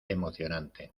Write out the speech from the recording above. emocionante